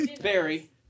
Barry